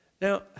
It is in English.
Now